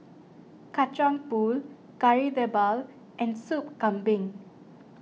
Kacang Pool Kari Debal and Soup Kambing